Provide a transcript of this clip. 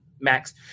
max